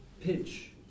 pitch